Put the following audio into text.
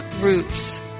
roots